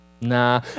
Nah